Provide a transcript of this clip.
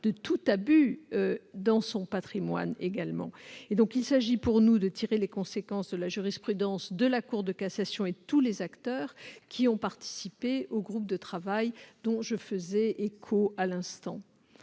de tout abus sur son patrimoine. Il s'agit pour nous de tirer les conséquences de la jurisprudence de la Cour de cassation et de la réflexion de tous les acteurs qui ont participé au groupe de travail dont je me faisais l'écho à l'instant.